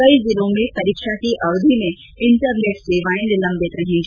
कई जिलों में परीक्षा की अवधि में इंटरनेट सेवाएं निलम्बित रहेंगी